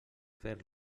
fer